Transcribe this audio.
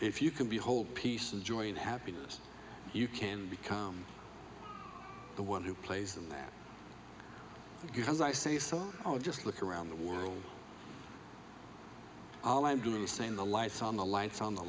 if you can be whole peace and joy and happiness you can become the one who plays them because i say so i'll just look around the world all i'm doing is saying the lights on the lights on the